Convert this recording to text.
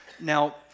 Now